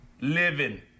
living